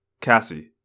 Cassie